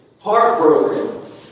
heartbroken